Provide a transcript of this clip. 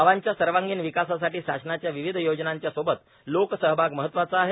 गावाच्या सर्वांगिण विकासासाठी शासनाच्या विविध योजनांच्या सोबत लोकसहभाग महत्वाचा आहे